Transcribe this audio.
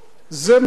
זה מה שיהיה.